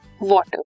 water